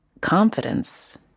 confidence